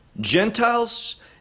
Gentiles